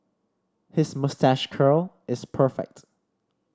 his moustache curl is perfect